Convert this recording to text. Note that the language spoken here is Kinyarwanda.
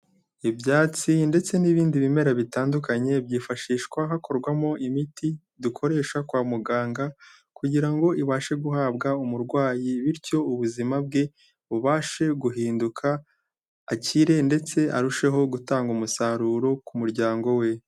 Ibyatsi ndetse n'ibindi bimera bitandukanye byifashishwa hakorwamo imiti dukoresha kwa muganga kugira ngo ibashe guhabwa umurwayi, bityo ubuzima bwe bubashe guhinduka akire ndetse arusheho gutanga umusaruro ku muryango we.